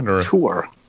tour